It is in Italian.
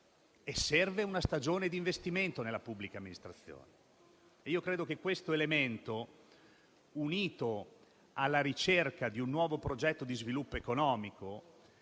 Serve una stagione di investimento nella pubblica amministrazione. Credo che questo elemento, unito alla ricerca di un nuovo progetto di sviluppo economico,